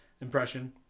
impression